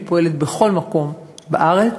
היא פועלת בכל מקום בארץ.